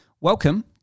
Welcome